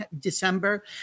December